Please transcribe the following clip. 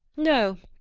no,